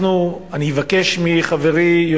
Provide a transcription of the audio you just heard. ואני אבקש מחברי בוועדה,